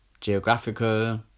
geographical